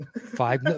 five